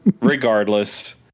Regardless